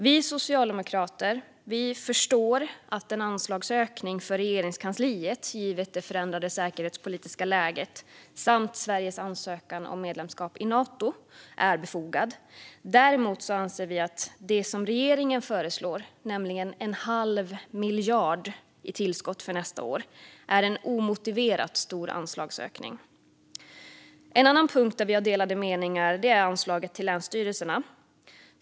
Vi socialdemokrater förstår att en anslagsökning för Regeringskansliet givet det förändrade säkerhetspolitiska läget samt Sveriges ansökan om medlemskap i Nato är befogad. Däremot anser vi att det som regeringen föreslår, nämligen en halv miljard i tillskott för nästa år, är en omotiverat stor anslagsökning. En annan punkt där vi har delade meningar är anslaget till länsstyrelserna.